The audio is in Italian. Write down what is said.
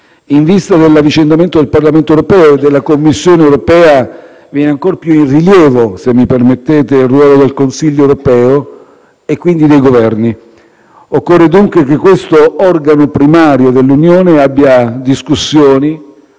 In vista dell'avvicendamento del Parlamento europeo e della Commissione europea viene ancora più in rilievo - se mi permettete - il ruolo del Consiglio europeo e quindi dei Governi. Occorre dunque che questo organo primario dell'Unione abbia discussioni